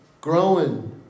growing